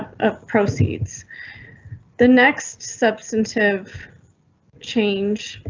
ah proceeds the next substantive change.